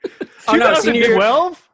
2012